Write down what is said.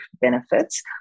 benefits